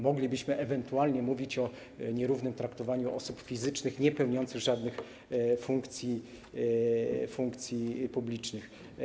Moglibyśmy ewentualnie mówić o nierównym traktowaniu osób fizycznych niepełniących żadnych funkcji publicznych.